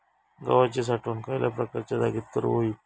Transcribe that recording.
गव्हाची साठवण खयल्या प्रकारच्या जागेत करू होई?